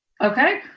Okay